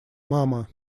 мама